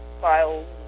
files